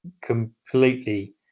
completely